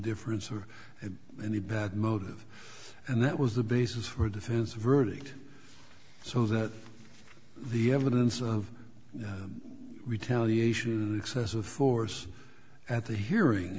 difference or any bad motive and that was the basis for a defense verdict so that the evidence of retaliation excessive force at the hearing